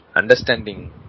understanding